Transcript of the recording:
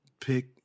pick